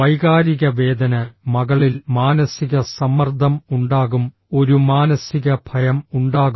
വൈകാരിക വേദന മകളിൽ മാനസിക സമ്മർദ്ദം ഉണ്ടാകും ഒരു മാനസിക ഭയം ഉണ്ടാകും